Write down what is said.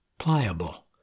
pliable